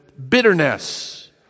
bitterness